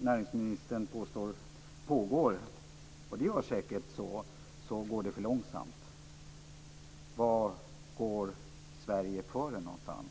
Näringsministern påstår att det pågår ett arbete, och det är säkert så, men jag menar att det trots detta går för långsamt. Var går Sverige före någonstans?